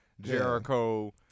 Jericho